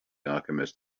alchemist